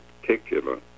particular